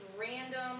random